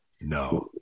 No